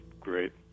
great